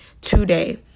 today